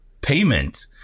payment